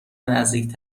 نزدیک